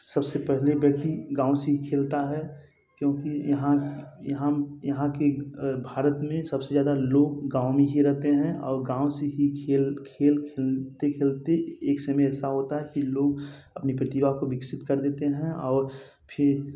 सब से पेहले व्यक्ति गाँव से ही खेलता है क्योंकि यहाँ हम यहाँ की भारत में सब से ज़्यादा लोग गाँव मे ही रहते हैं और गाँव से ही खेल खेलते खेलते एक समय ऐसा होता हैं कि लोग अपनी प्रतिभा को विकसित कर देते हैं और फिर